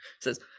says